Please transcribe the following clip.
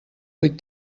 vuit